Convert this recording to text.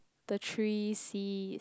the three C's